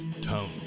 Tone